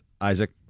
Isaac